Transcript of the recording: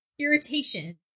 irritation